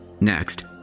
Next